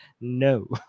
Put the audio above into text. No